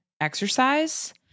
exercise